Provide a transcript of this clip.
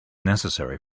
necessary